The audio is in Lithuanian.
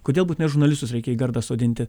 kodėl būtinai žurnalistus reikia į gardą sodinti